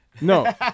No